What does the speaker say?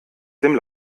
dem